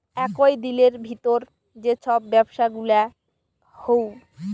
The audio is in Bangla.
একই দিলের ভিতর যেই সব ব্যবসা গুলা হউ